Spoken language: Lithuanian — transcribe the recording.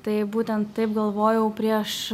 tai būtent taip galvojau prieš